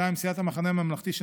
סיעת המחנה הממלכתי,